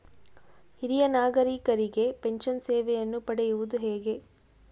ಹಿರಿಯ ನಾಗರಿಕರಿಗೆ ಪೆನ್ಷನ್ ಸೇವೆಯನ್ನು ಪಡೆಯುವುದು ಹೇಗೆ?